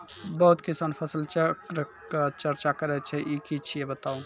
बहुत किसान फसल चक्रक चर्चा करै छै ई की छियै बताऊ?